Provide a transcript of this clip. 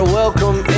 welcome